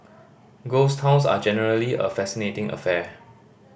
ghost towns are generally a fascinating affair